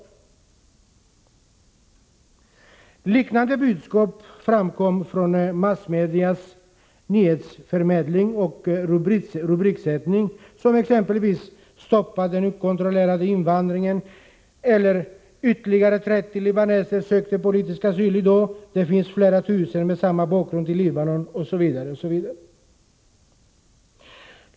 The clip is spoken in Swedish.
Liknande budskap framkom genom massmedias nyhetsförmedling och rubriksättning, t.ex. ”Stoppa den okontrollerade invandringen” och ”Ytterligare 30 libaneser sökte politisk asyl i dag — det finns flera tusen med samma bakgrund i Libanon”.